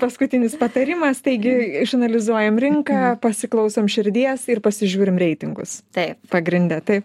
paskutinis patarimas taigi išanalizuojam rinką pasiklausom širdies ir pasižiūrim reitingus tai pagrinde tai